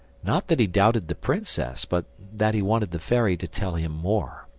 not that he doubted the princess, but that he wanted the fairy to tell him more.